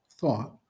thought